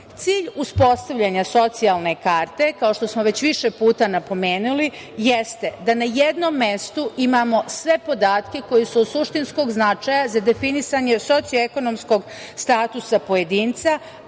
Cilj uspostavljanja socijalne karte, kao što smo već više puta napomenuli, jeste da na jednom mestu imamo sve podatke koji su od suštinskog značaja za definisanje socioekonomskog statusa pojedinca,